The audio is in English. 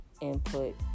input